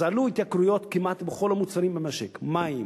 אז היו התייקרויות כמעט בכל המוצרים במשק: מים,